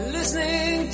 Listening